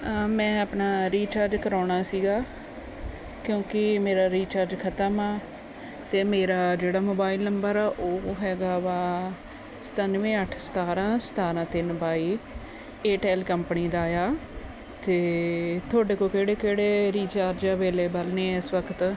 ਮੈਂ ਆਪਣਾ ਰੀਚਾਰਜ ਕਰਵਾਉਣਾ ਸੀਗਾ ਕਿਉਂਕਿ ਮੇਰਾ ਰੀਚਾਰਜ ਖ਼ਤਮ ਆ ਅਤੇ ਮੇਰਾ ਜਿਹੜਾ ਮੋਬਾਇਲ ਨੰਬਰ ਆ ਉਹ ਹੈਗਾ ਵਾ ਸਤਾਨਵੇਂ ਅੱਠ ਸਤਾਰਾਂ ਸਤਾਰਾਂ ਤਿੰਨ ਬਾਈ ਏਰਟਲ ਕੰਪਨੀ ਦਾ ਆ ਅਤੇ ਤੁਹਾਡੇ ਕੋਲ ਕਿਹੜੇ ਕਿਹੜੇ ਰੀਚਾਰਜ ਅਵੇਲੇਬਲ ਨੇ ਇਸ ਵਕਤ